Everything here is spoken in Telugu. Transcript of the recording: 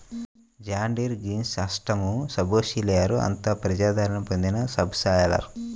జాన్ డీర్ గ్రీన్సిస్టమ్ సబ్సోయిలర్ అత్యంత ప్రజాదరణ పొందిన సబ్ సాయిలర్